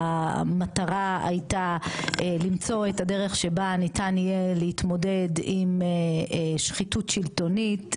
המטרה הייתה למצוא את הדרך שבה ניתן יהיה להתמודד עם שחיתות שלטונית,